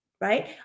right